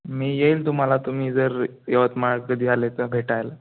मी येईन तुम्हाला तुम्ही जर यवतमाळ कधी आले तर भेटायला